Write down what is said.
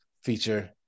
Feature